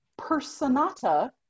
Personata